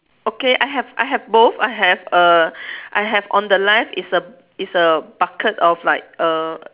okay I have I have both I have err I have on the left is a is a bucket of like err